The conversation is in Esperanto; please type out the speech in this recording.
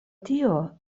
tio